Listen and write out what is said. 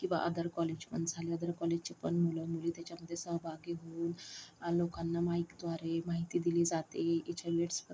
की बा other college पण झालं अदर कॉलेजचे पण मुलंमुली त्याच्यामध्ये सहभाग घेऊन लोकांना माईकद्वारे माहिती दिली जाते एच आय व्ही एड्सबद्दल